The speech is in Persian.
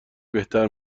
بهتر